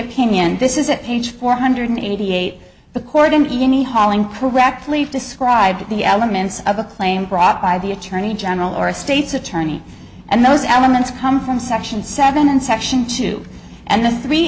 opinion this is a page four hundred eighty eight the court in me any hauling correctly described the elements of a claim brought by the attorney general or a state's attorney and those elements come from section seven and section two and the three